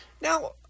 Now